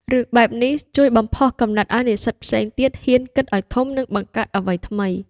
រឿងបែបនេះជួយបំផុសគំនិតឲ្យនិស្សិតផ្សេងទៀតហ៊ានគិតឲ្យធំ និងបង្កើតអ្វីថ្មី។